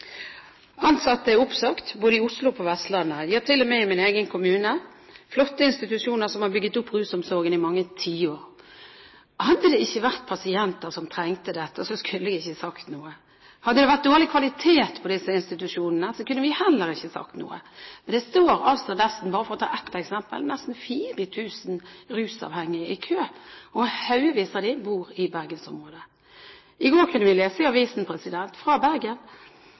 Ansatte er oppsagt, både i Oslo og på Vestlandet, ja til og med i min egen kommune – det er flotte institusjoner som har bygget opp rusomsorgen i mange tiår. Hadde det ikke vært pasienter som trengte dette, skulle jeg ikke sagt noe. Hadde det vært dårlig kvalitet på disse institusjonene, kunne vi heller ikke sagt noe. Men for bare å ta ett eksempel: Det står altså nesten 4 000 rusavhengige i kø, og haugevis av dem bor i bergensområdet. I går kunne vi lese i avisen